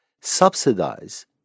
subsidize